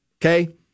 Okay